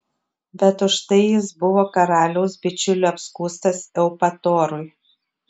bet už tai jis buvo karaliaus bičiulių apskųstas eupatorui